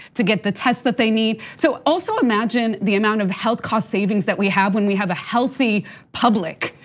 to get the tests that they need. so also imagine the amount of health cost savings that we have when we have a healthy public.